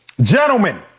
Gentlemen